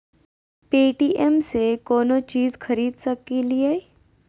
Paytm से कौनो चीज खरीद सकी लिय?